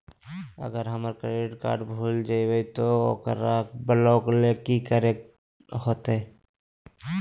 अगर हमर credit card भूल जइबे तो ओकरा ब्लॉक लें कि करे होते?